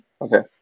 okay